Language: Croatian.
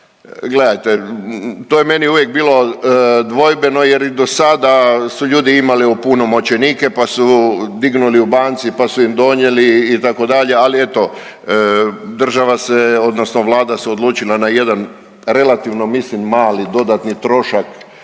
Gledajte, to je meni uvijek bilo dvojbeno jer i dosada su ljudi imali opunomoćenike, pa su dignuli u banci, pa su im donijeli itd., ali eto država se odnosno Vlada se odlučila na jedan relativno mislim mali dodatni trošak